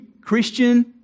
Christian